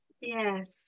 Yes